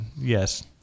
yes